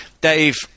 dave